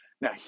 Now